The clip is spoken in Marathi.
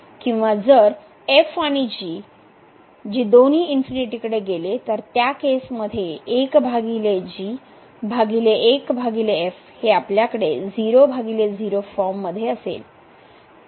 किंवा जर आणि जी दोन्हीकडे गेले तर त्या केसमध्ये 1भागिले हे आपल्याकडे 00 फॉर्म मध्ये असेल